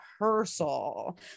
rehearsal